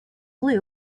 blue